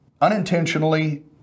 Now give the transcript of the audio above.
unintentionally